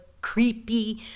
creepy